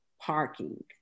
parking